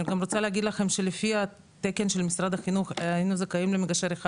אני גם רוצה להגיד לכם שלפי התקן של משרד החינוך היינו זכאיים למגשר אחד